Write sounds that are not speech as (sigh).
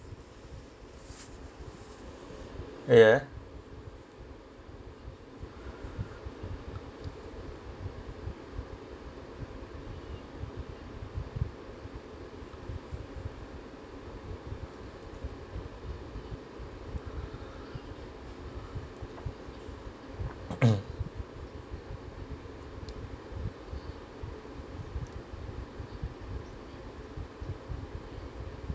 ya (coughs)